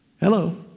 Hello